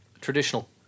traditional